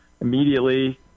immediately